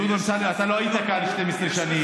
דודי אמסלם, אתה לא היית כאן 12 שנים.